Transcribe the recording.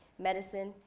medicine,